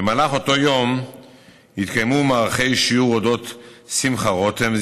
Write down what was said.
במהלך אותו יום התקיימו מערכי שיעור על אודות שמחה רותם,